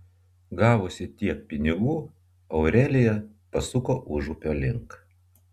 gavusi tiek pinigų aurelija pasuko užupio link